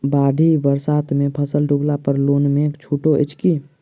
बाढ़ि बरसातमे फसल डुबला पर लोनमे छुटो अछि की